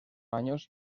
años